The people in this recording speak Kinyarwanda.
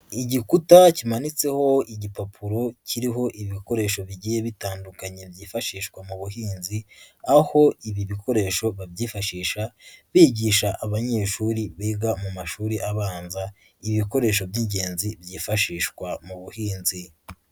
Igikuta kimanitseho igipapuro kiriho ibikoresho bigiye bitandukanye byifashishwa mu buhinzi, aho ibi bikoresho babyifashisha bigisha abanyeshuri biga mu mashuri abanza, ibi bikoresho by'ingenzi byifashishwa mu buhinzi.